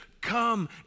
come